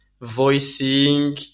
voicing